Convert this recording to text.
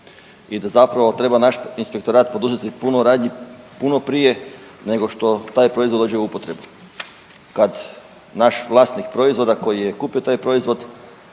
i da zapravo treba naš inspektorat poduzeti puno radnji puno prije nego što taj proizvod dođe u upotrebu. Kad naš vlasnik proizvoda koji je kupio taj proizvod